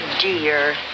dear